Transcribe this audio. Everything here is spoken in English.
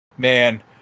Man